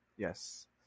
Yes